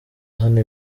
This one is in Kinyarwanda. hano